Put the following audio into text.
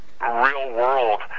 real-world